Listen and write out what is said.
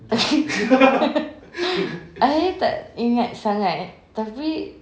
I tak ingat sangat tapi